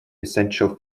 essential